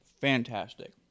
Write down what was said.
fantastic